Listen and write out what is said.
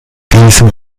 diesem